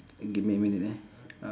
give me a minute eh